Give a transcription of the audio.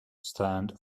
stand